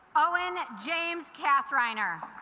owen james kathryn er